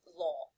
law